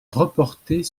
reporter